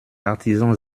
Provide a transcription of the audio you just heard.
artisans